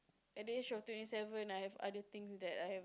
at the age of twenty seven I have other things that I have